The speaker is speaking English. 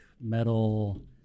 metal